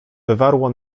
wywarło